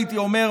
הייתי אומר,